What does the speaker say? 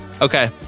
Okay